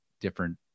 different